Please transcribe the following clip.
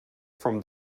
from